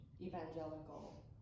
evangelical